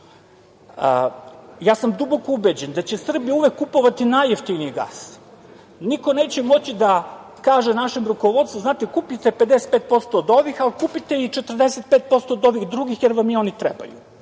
Ja sam duboko ubeđen da će Srbija uvek kupovati najjeftiniji gas. Niko neće moći da kaže našem rukovodstvu: "Znate, kupite 55% od ovih, ali kupite i 45% od ovih drugih jer vam i ovi trebaju".